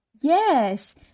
Yes